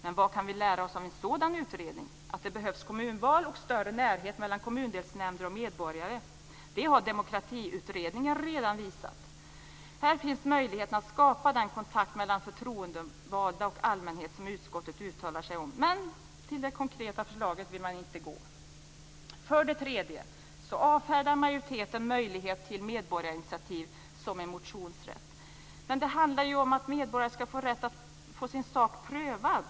Men vad kan vi lära oss av en sådan utredning? Att det behövs kommunval och större närhet mellan kommundelsnämnder och medborgare har Demokratiutredningen redan visat. Här finns möjligheten att skapa den kontakt mellan förtroendevalda och allmänhet som utskottet uttalar sig om, men till det konkreta förslaget vill man inte gå. För det tredje avfärdar majoriteten möjligheten till medborgarinitiativ i form av en motionsrätt. Men det handlar ju om att medborgare ska få rätt att få sin sak prövad.